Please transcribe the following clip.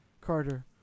Carter